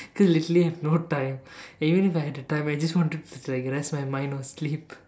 cause literally I have no time even if I have the time I just want to rest my mind or sleep